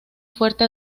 fuerte